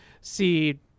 see